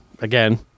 again